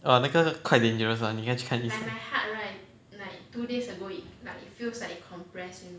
err 那个 quite dangerous [one] 你应该去看医生